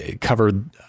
covered